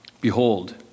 Behold